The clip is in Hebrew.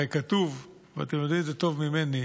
הרי כתוב, ואתם יודעים את זה טוב ממני: